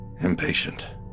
impatient